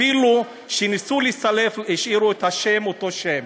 אפילו שניסו לסלף, השאירו את השם, אותו השם,